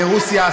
מרוסיה,